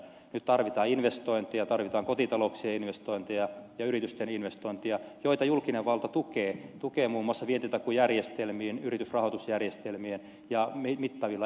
nyt tarvitaan investointeja tarvitaan kotitalouksien investointeja ja yritysten investointeja joita julkinen valta tukee muun muassa vientitakuujärjestelmillä yritysrahoitusjärjestelmillä ja mittavilla elvytystoimenpiteillä